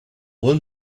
old